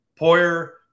Poyer